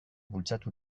bultzatu